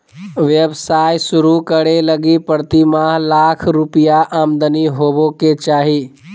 व्यवसाय शुरू करे लगी प्रतिमाह लाख रुपया आमदनी होबो के चाही